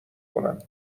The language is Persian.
کنم